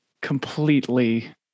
completely